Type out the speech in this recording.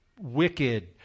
wicked